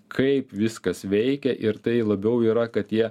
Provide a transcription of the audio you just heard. kaip viskas veikia ir tai labiau yra kad jie